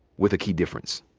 with a key difference.